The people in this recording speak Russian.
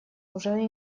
уже